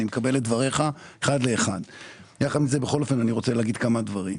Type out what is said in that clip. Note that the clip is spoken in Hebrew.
אני מקבל את דבריך אחד לאחד אבל יחד עם זאת אני רוצה לומר כמה דברים.